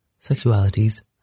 Sexualities